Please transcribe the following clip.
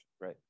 right